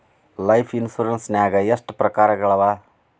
Life insurance ನ್ಯಾಗ ಎಷ್ಟ್ ಪ್ರಕಾರ್ಗಳವ?